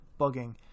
bugging